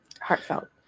heartfelt